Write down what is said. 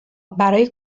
برای